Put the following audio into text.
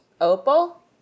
opal